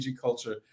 culture